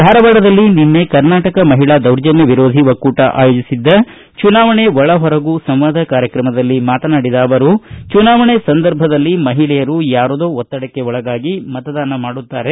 ಧಾರವಾಡದಲ್ಲಿ ನಿನ್ನೆ ಕರ್ನಾಟಕ ಮಹಿಳಾ ದೌರ್ಜನ್ನ ವಿರೋಧಿ ಒಕ್ಕೂಟ ಆಯೋಜಿಸಿದ್ದ ಚುನಾವಣೆ ಒಳ ಹೊರಗು ಸಂವಾದ ಕಾರ್ಯಕ್ರಮದಲ್ಲಿ ಮಾತನಾಡಿದ ಅವರು ಚುನಾವಣೆ ಸಂದರ್ಭದಲ್ಲಿ ಮಹಿಳೆಯರು ಯಾರದೋ ಒತ್ತಡಕ್ಕೆ ಒಳಗಾಗಿ ಮತದಾನ ಮಾಡುತ್ತಾರೆ